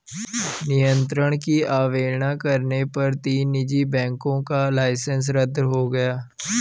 नियंत्रण की अवहेलना करने पर तीन निजी बैंकों का लाइसेंस रद्द हो गया